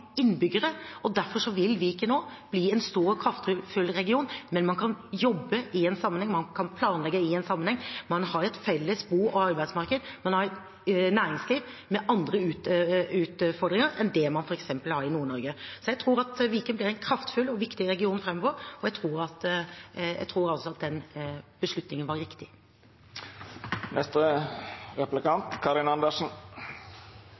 innbyggere, og derfor vil også Viken bli en stor og kraftfull region. Men man kan jobbe i en sammenheng, man kan planlegge i en sammenheng, man har et felles bo- og arbeidsmarked, og man har et næringsliv med andre utfordringer enn det man f.eks. har i Nord-Norge. Så jeg tror at Viken blir en kraftfull og viktig region framover, og jeg tror altså at den beslutningen var